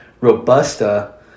Robusta